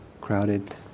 crowded